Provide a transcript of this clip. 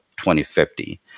2050